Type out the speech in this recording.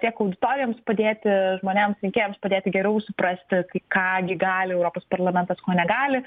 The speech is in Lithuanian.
tiek auditorijoms padėti žmonėms rinkėjams padėti geriau suprasti k ką gi gali europos parlamentas ko negali